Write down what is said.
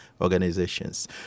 organizations